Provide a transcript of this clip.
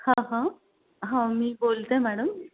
हा हा हा मी बोलते मॅडम